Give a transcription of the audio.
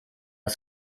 das